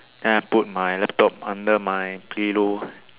then I put my laptop under my pillow